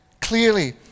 Clearly